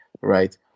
right